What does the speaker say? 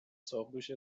ساقدوشت